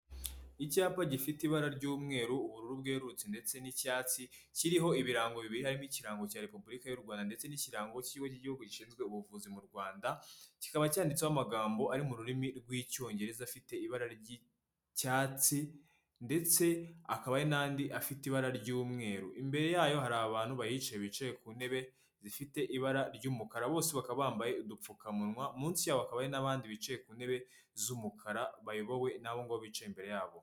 Icyapa gifite ibara ry'umweru ubururu bwerurutse ndetse n'icyatsi kiriho ibirango bibiririmo ikirango cya repubulika y'u Rwanda ndetse n'ikirango ki cy'igihugu gishinzwe ubuvuzi mu Rwanda kikaba cyanditseho amagambo ari mu rurimi rw'icyongereza afite ibara ry'icyatsi ndetse akaba n'andi afite ibara ry'umweru imbere yayo hari abantu bahicaye bicaye ku ntebe zifite ibara ry'umukara bose bakaba bambaye udupfukamunwa munsi yaly n'abandi bicaye ku ntebe z'umukara bayobowe nabo ngo bicaye imbere yabo.